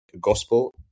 gospel